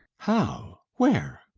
how? where?